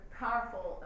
powerful